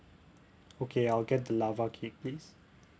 okay I'll get the lava cake please